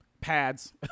pads